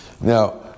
Now